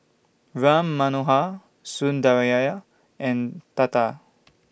Ram Manohar Sundaraiah and Tata